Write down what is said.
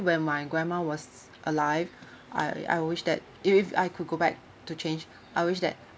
when my grandma was alive I I wish that if I could go back to change I wish that